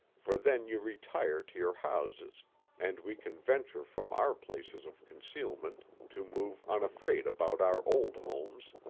for then you retire to your houses and we can venture from our places of concealment to move unafraid about our old homes,